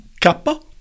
Kappa